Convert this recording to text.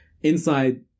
Inside